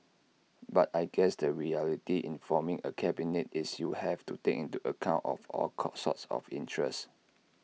but I guess the reality in forming A cabinet is you have to take into account of all call sorts of interests